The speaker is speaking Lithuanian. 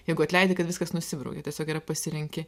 jeigu atleidi kad viskas nusibraukia tiesiog yra pasirenki